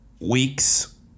week's